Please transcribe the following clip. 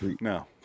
No